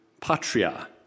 patria